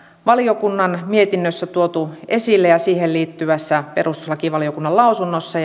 valiokunnan mietinnössä tuotu esille ja siihen liittyvässä perustuslakivaliokunnan lausunnossa